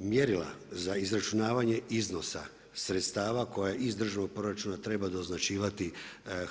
Mjerila za izračunavanje iznosa sredstava koja iz državnog proračuna treba doznačivati